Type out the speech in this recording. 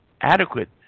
adequate